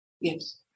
Yes